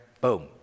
boom